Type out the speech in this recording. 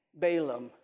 Balaam